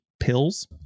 pills